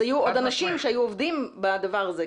אז היו עוד אנשים שהיו עובדים בדבר הזה.